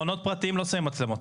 מעונות פרטיים לא שמים מצלמות.